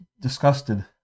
disgusted